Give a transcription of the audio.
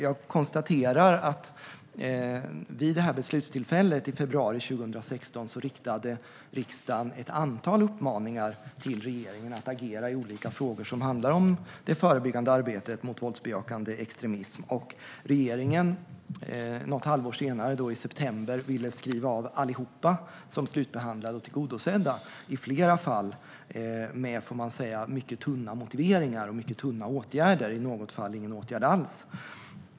Jag konstaterar att vid beslutstillfället i februari 2016 riktade riksdagen ett antal uppmaningar till regeringen att agera i olika frågor som handlade om det förebyggande arbetet mot våldsbejakande extremism. Något halvår senare, i september, ville regeringen skriva av allihop som slutbehandlade och tillgodosedda, i flera fall med mycket tunna motiveringar och åtgärder och i något fall ingen åtgärd alls.